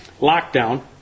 Lockdown